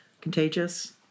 contagious